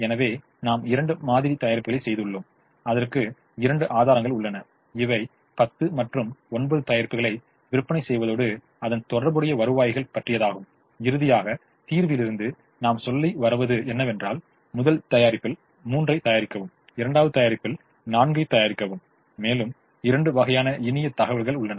எனவே நாம் இரண்டு மாதிரி தயாரிப்புகளைச் செய்துள்ளோம் அதற்கு இரண்டு ஆதாரங்கள் உள்ளன இவை 10 மற்றும் 9 தயாரிப்புகளை விற்பனை செய்வதோடு அதன் தொடர்புடைய வருவாய்கள் பற்றியதாகும் இறுதியாக திர்விலிருந்து நாம் சொல்லத் வருவது என்னவென்றால் முதல் தயாரிப்பில் மூன்றை தயாரிக்கவும் இரண்டாவது தயாரிப்பில் நான்கை தயாரிக்கவும் மேலும் இரண்டு வகையான இனிய தகவல்கள் உள்ளன